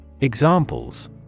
Examples